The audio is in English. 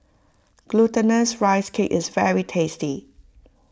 Glutinous Rice Cake is very tasty